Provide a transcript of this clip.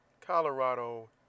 Colorado